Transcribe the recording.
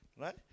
right